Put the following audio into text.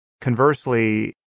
conversely